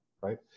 right